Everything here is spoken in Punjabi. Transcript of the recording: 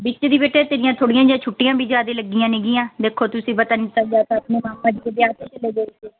ਵਿੱਚ ਦੀ ਬੇਟੇ ਤੇਰੀਆਂ ਥੋੜ੍ਹੀਆਂ ਜਿਹੀਆਂ ਛੁੱਟੀਆਂ ਜ਼ਿਆਦਾ ਲੱਗੀਆਂ ਨੇਗੀਆਂ ਦੇਖੋ ਤੁਸੀਂ ਪਤਾ ਨਹੀਂ ਤਾਂ ਆਪਣੇ ਮਾਮਾ ਜੀ ਦੇ ਵਿਆਹ 'ਤੇ ਚਲੇ ਗਏ ਤੇ